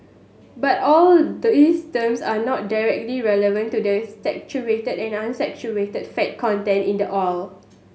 but all these terms are not directly relevant to the saturated or unsaturated fat content in the oil